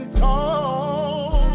tall